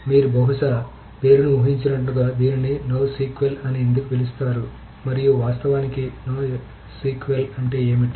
మీరు బహుశా పేరును ఊహించినట్లుగా దీనిని NoSQL అని ఎందుకు పిలుస్తారు మరియు వాస్తవానికి NoSQL అంటే ఏమిటి